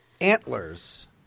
Antlers